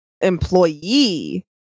employee